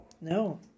No